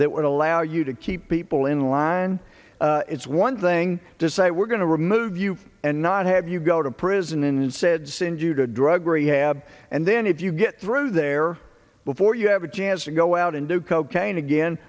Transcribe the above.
that would allow you to keep people in line it's one thing to say we're going to remove you and not have you go to prison and said send you to drug rehab and then if you get through there before you have a chance to go out and do cocaine again